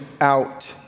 out